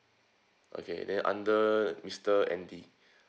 okay then under mister andy